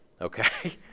okay